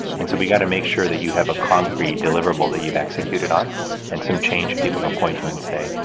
and so, we got to make sure that you have a concrete deliverable that you've executed on and some change people can point to and say,